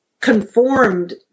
conformed